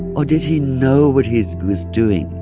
or did he know what he's was doing?